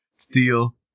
Steel